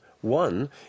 One